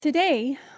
Today